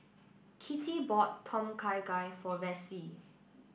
Kitty bought Tom Kha Gai for Vassie